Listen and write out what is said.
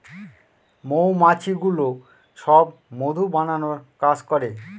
মৌমাছিগুলো সব মধু বানানোর কাজ করে